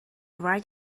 right